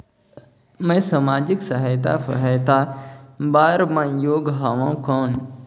मैं समाजिक सहायता सहायता बार मैं योग हवं कौन?